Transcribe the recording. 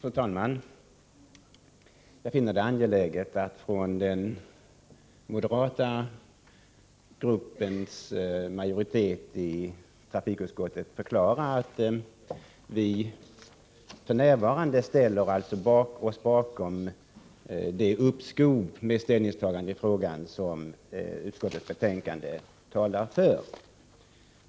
Fru talman! Jag finner det angeläget att från den moderata gruppens majoritet i trafikutskottet förklara att vi f.n. ställer oss bakom det krav på uppskov med ställningstagande i frågan som utskottsmajoriteten i betänkandet framställer.